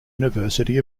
university